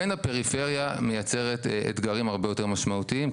כן הפריפריה מייצרת אתגרים הרבה יותר משמעותיים,